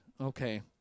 Okay